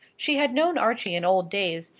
she had known archie in old days,